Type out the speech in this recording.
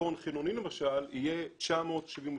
תיכון חילוני למשל יהיה 972,